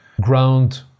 ground